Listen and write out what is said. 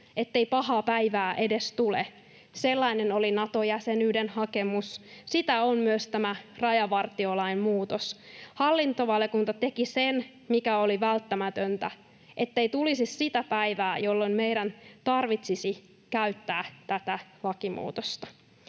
ettei pahaa päivää edes tule. Sellainen oli Nato-jäsenyyden hakemus, ja sitä on myös tämä rajavartiolain muutos. Hallintovaliokunta teki sen, mikä oli välttämätöntä, jottei tulisi sitä päivää, jolloin meidän tarvitsisi käyttää tätä lakimuutosta.